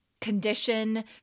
condition